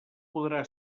podrà